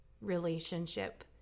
relationship